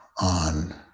on